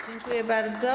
Dziękuję bardzo.